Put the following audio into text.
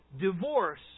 divorce